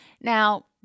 Now